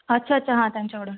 अच्छा अच्छा हां त्यांच्याकडून